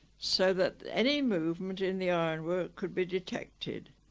so that any movement in the ironwork could be detected